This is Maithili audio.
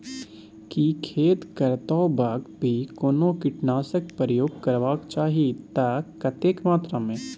की खेत करैतो वक्त भी कोनो कीटनासक प्रयोग करबाक चाही त कतेक मात्रा में?